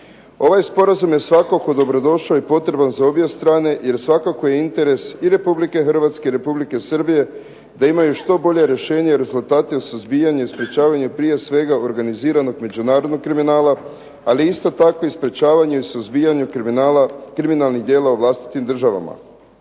Ovaj sporazum je svakako dobrodošao i potreban za obje strane jer svakako je interes i Republike Hrvatske i Republike Srbije da imaju što bolja rješenja … /Govornik se ne razumije./… suzbijanja i sprečavanja prije svega organiziranog međunarodnog kriminala, ali isto tako i sprečavanjem i suzbijanjem kriminalnih djela u vlastitim državama.